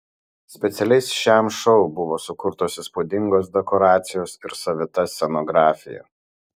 specialiai šiam šou buvo sukurtos įspūdingos dekoracijos ir savita scenografija